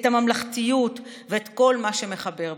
את הממלכתיות ואת כל מה שמחבר בינינו?